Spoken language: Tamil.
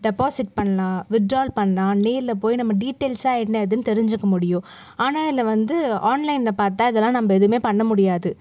டெப்பாசிட் பண்ணலாம் வித்ட்ரால் பண்ணலாம் நேரில் போய் நம்ம டீடெயில்ஸாம் என்ன ஏதுன்னு தெரிஞ்சுக்க முடியும் ஆனால் அதில் வந்து ஆன்லைனில் பார்த்தா அதெல்லாம் நம்ம எதுவுமே பண்ண முடியாது